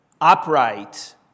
upright